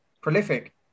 prolific